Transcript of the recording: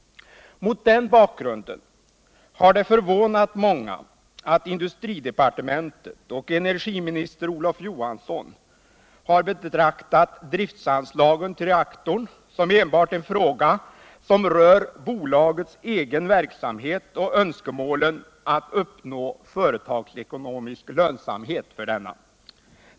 Mot den bakgrunden har det förvånat många att industridepartementet och energiminister Olof Johansson betraktat driftanslaget till reaktorn enbart som en fråga som berör bolagets ekonomiska verksamhet och önskemålen att uppnå företagsekonomisk lönsamhet för denna.